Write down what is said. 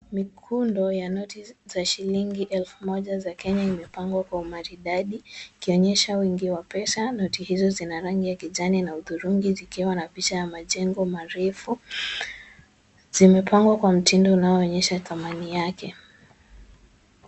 Mikondo ya noti za shilingi elfu moja za Kenya imepangwa kwa umaridadi ikionyesha wingi wa pesa. Noti hizo zina rangi ya kijani na hudhurungi ikiwa na picha ya majengo marefu. Zimepangwa kwa mtindo unaoonyesha dhamani yake.